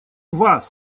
вас